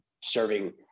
serving